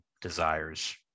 desires